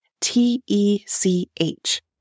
T-E-C-H